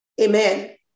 Amen